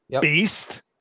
beast